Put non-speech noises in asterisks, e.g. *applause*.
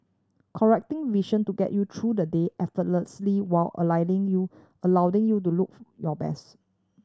correcting vision to get you through the day effortlessly while *unintelligible* you allowing you to look your best